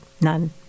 None